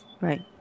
Right